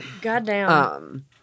Goddamn